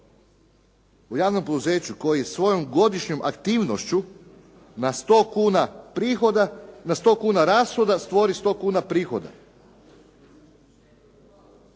o javnom poduzeću koje svojom godišnjom aktivnošću na 100 kuna prihoda, na 100 kuna rashoda stvori 100 kuna prihoda?